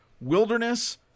wilderness